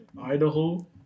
Idaho